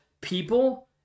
people